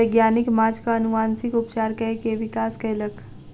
वैज्ञानिक माँछक अनुवांशिक उपचार कय के विकास कयलक